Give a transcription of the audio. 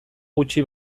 gutxi